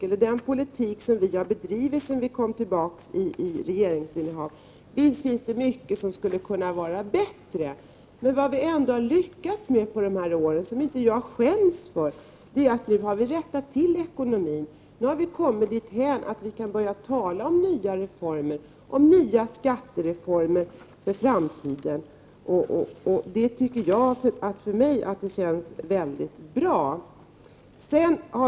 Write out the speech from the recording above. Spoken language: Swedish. Men med den politik som vi bedrivit sedan vi kom tillbaka i regeringsställning har vi ändå lyckats, och det skäms jag inte för, att rätta till ekonomin. Nu har vi kommit dithän att vi kan börja tala om reformer och skattereformer för framtiden. För mig känns det väldigt bra.